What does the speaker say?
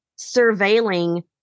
surveilling